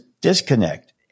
disconnect